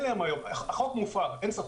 החוק מופר, אין ספק.